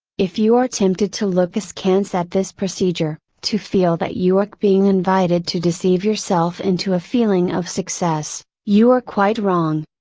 if you are tempted to look askance at this procedure, to feel that you arc being invited to deceive yourself into a feeling of success, you are quite wrong.